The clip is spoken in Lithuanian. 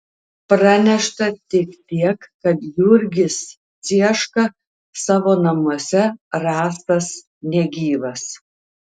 pranešta tik tiek kad jurgis cieška savo namuose rastas negyvas